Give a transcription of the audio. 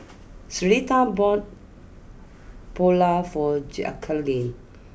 Syreeta bought Pulao for Jacalyn